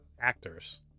actors